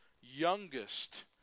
youngest